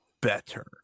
better